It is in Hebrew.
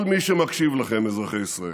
כל מי שמקשיב לכם, אזרחי ישראל,